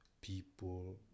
people